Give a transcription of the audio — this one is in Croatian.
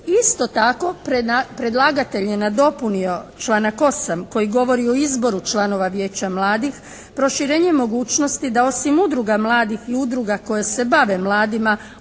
Isto tako predlagatelj je nadopunio članak 8. koji govori o izboru članova Vijeća mladih proširenje mogućnosti da osim udruga mladih i udruga koje se bave mladima